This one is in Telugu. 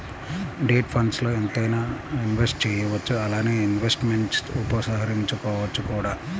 డెట్ ఫండ్స్ల్లో ఎంతైనా ఇన్వెస్ట్ చేయవచ్చు అలానే ఇన్వెస్ట్మెంట్స్ను ఉపసంహరించుకోవచ్చు కూడా